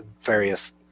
various